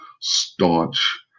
staunch